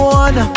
one